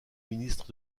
ministre